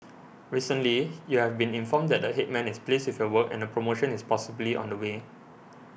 recently you have been informed that the Headman is pleased with your work and a promotion is possibly on the way